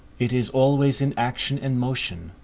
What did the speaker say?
it is always in action and motion,